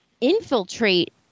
infiltrate